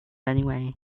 anyway